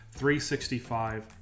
365